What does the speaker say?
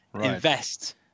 invest